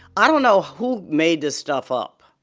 i don't know who made this stuff up.